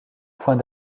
point